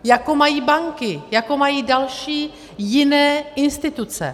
Jako mají banky, jako mají další, jiné instituce.